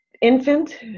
infant